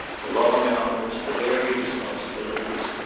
the long hours, the varied responsibilities,